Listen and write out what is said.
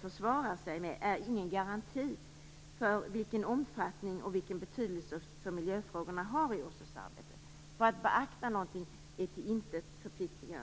försvarar sig med, är ingen garanti för vilken omfattning och betydelse miljöfrågorna har i OSSE:s arbete. Att beakta någonting är till intet förpliktigande.